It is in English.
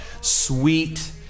sweet